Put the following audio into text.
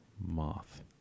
moth